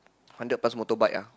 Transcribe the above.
hundred plus motor bike ah